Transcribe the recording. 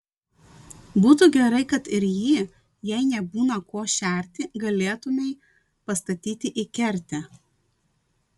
būtų gerai kad ir jį jei nebūna kuo šerti galėtumei pastatyti į kertę